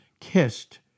kissed